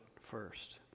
first